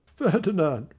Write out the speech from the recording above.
ferdinand,